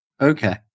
Okay